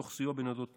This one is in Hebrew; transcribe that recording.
תוך סיוע בניידות תנועה,